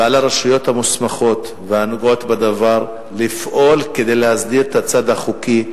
ועל הרשויות המוסמכות והנוגעות בדבר לפעול כדי להסדיר את הצד החוקי.